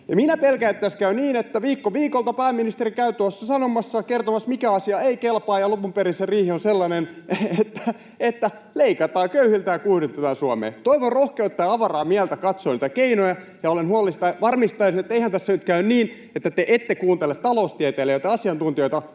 Minä pelkään, että tässä käy niin, että viikko viikolta pääministeri käy tuossa sanomassa ja kertomassa, mikä asia ei kelpaa, ja lopun perin se riihi on sellainen, että leikataan köyhiltä ja kuihdutetaan Suomea. Toivon rohkeutta ja avaraa mieltä katsoa niitä keinoja, ja varmistaisin, että eihän tässä nyt käy niin, että te ette kuuntele taloustieteilijöitä ja asiantuntijoita,